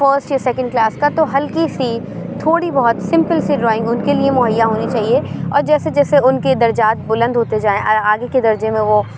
first یا second class کا تو ہلکی سی تھوڑی بہت سیمپل سی ڈرائنگ اُن كے لیے مہییّا ہونی چاہیے اور جیسے جیسے اُن كے درجات بُنلد ہوتے جائیں آگے كے درجے میں وہ